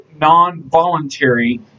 non-voluntary